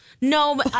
no